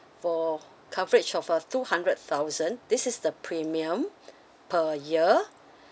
for coverage of a two hundred thousand this is the premium per year